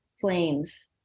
flames